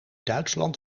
duitsland